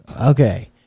okay